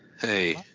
Hey